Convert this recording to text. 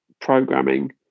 programming